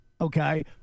okay